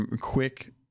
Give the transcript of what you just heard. quick